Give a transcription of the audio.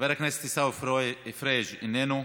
חבר הכנסת עיסאווי פריג' איננו,